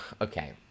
Okay